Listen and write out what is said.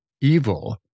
evil